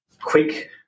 quick